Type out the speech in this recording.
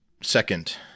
second